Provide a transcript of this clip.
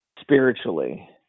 spiritually